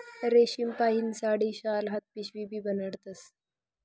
रेशीमपाहीन साडी, शाल, हात पिशीबी बनाडतस